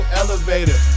elevator